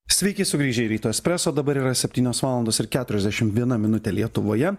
sveiki sugrįžę į ryto espreso dabar yra septynios valandos ir keturiasdešimt viena minutė lietuvoje